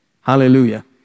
Hallelujah